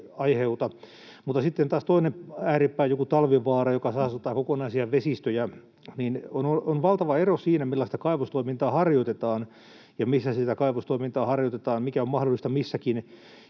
leviämistä. Mutta sitten taas toinen ääripää on joku Talvivaara, joka saastuttaa kokonaisia vesistöjä. On valtava ero siinä, millaista kaivostoimintaa harjoitetaan ja missä sitä kaivostoimintaa harjoitetaan, mikä on mahdollista missäkin.